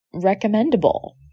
recommendable